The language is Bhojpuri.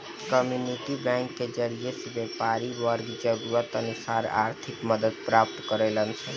कम्युनिटी बैंक के जरिए से व्यापारी वर्ग जरूरत अनुसार आर्थिक मदद प्राप्त करेलन सन